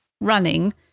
running